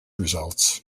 results